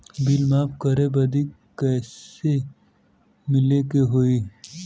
Bill माफ करे बदी कैसे मिले के होई?